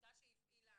עמותה שהפעילה